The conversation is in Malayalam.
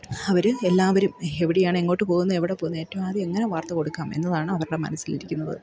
അവർ എല്ലാവരും എവിടെയാണ് എങ്ങോട്ടു പോകുന്നു എവിടെ പോകുന്നു ഏറ്റവും ആദ്യം എങ്ങനെ വാർത്ത കൊടുക്കാം എന്നതാണ് അവരുടെ മനസ്സിലിരിക്കുന്നത്